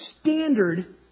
standard